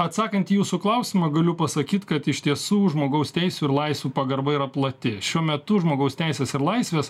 atsakant į jūsų klausimą galiu pasakyt kad iš tiesų žmogaus teisių ir laisvių pagarba yra plati šiuo metu žmogaus teisės ir laisvės